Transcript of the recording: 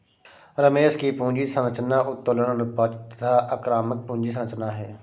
रमेश की पूंजी संरचना उत्तोलन अनुपात तथा आक्रामक पूंजी संरचना है